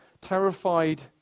terrified